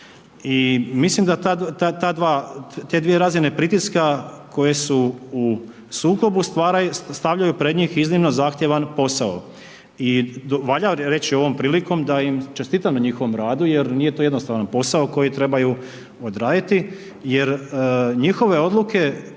i mislim da ta dva, te dvije razine pritiska koje su u sukobu stavljaju pred njih iznimno zahtjevan posao. I valja reći ovom prilikom da im čestitam na njihovom radu jer nije to jednostavan posao koji trebaju odraditi jer njihove odluke,